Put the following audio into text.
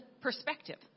perspective